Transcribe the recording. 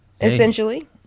essentially